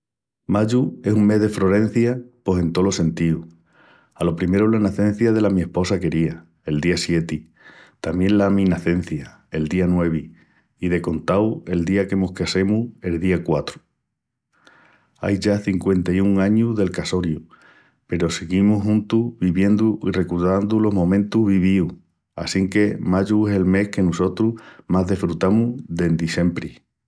Mayu es un mes de frorencia pos en tolos sentíus. Alo primeru la nacencia dela mi esposa quería, el día sieti, tamién la mi nacencia, el día nuevi i, de contau, el día que mos casemus, el día quatru. Ai ya cinqüenta-i-un añus del casoriu peru siguimus juntus viviendu i recordandu los momentus vivíus assinque mayu es el mes que nusotrus más desfrutamus dendi siempri.